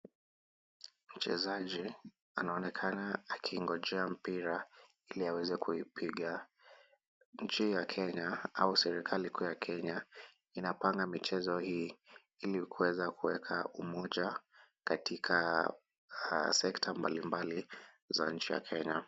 Mchezaji ana onekana akingojea mpira ili aweze kuipiga. Nchi ya Kenya au serikali kuu ya Kenya inapanga michezo hii ili kuweza kuweka umoja katika sekta mbalimbali za nchi ya Kenya.